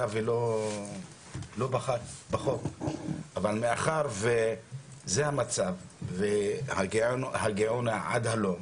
ולא בחוק אבל מאחר וזה המצב אליו הגענו עד הלום